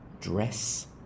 Dress